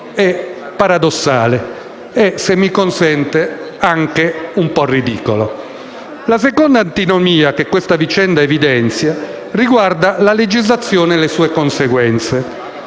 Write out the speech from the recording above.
La seconda antinomia che questa vicenda evidenzia riguarda la legislazione e le sue conseguenze.